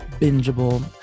bingeable